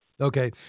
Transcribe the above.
Okay